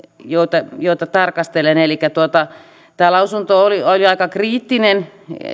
joita joita tarkastelen tämä lausunto oli oli aika kriittinen